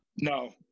No